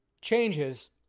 changes